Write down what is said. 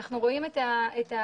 אנחנו רואים את התעשייה